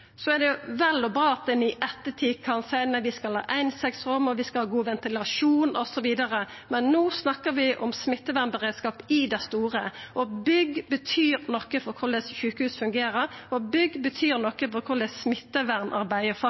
Så er det vel og bra at ein i ettertid kan seia: Nei, vi skal ha einsengsrom, og vi skal ha god ventilasjon osv. Men no snakkar vi om smittevernberedskap i det store, og bygg betyr noko for korleis sjukehus fungerer, og bygg betyr noko for korleis smittevernarbeidet